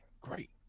great